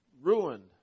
ruined